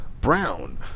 brown